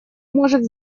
может